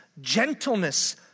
gentleness